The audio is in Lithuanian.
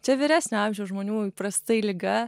čia vyresnio amžiaus žmonių įprastai liga